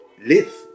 live